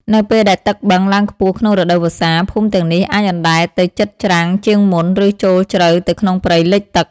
នៅពេលដែលទឹកបឹងឡើងខ្ពស់ក្នុងរដូវវស្សា ភូមិទាំងនេះអាចអណ្ដែតទៅជិតច្រាំងជាងមុន ឬចូលជ្រៅទៅក្នុងព្រៃលិចទឹក។